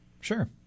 Sure